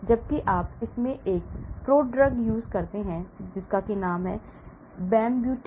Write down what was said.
जबकि आप इसमें से एक prodrug करते हैं Bambuterol